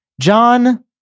John